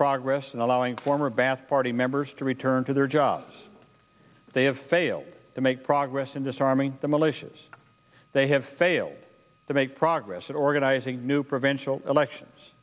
progress in allowing former bass party members to return to their jobs they have failed to make progress in disarming the militias they have failed to make progress organizing new prevention elections